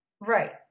Right